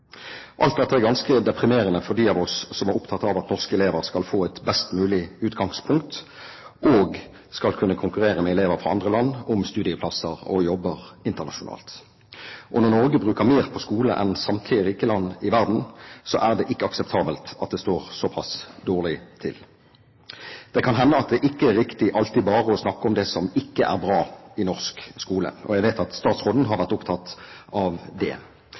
Alt dette er ganske deprimerende for dem av oss som er opptatt av at norske elever skal få et best mulig utgangspunkt og skal kunne konkurrere med elever fra andre land om studieplasser og jobber internasjonalt. Og når Norge bruker mer på skole enn samtlige rike land i verden, så er det ikke akseptabelt at det står såpass dårlig til. Det kan hende at det ikke er riktig alltid bare å snakke om det som ikke er bra i norsk skole – jeg vet at statsråden har vært opptatt av det